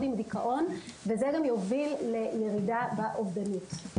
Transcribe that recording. עם דיכאון וזה גם יוביל לירידה באובדנות.